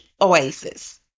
oasis